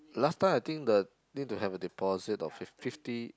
last time I think the need to have a deposit of fif~ fifty